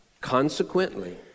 consequently